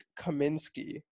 Kaminsky